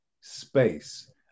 space